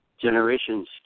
generations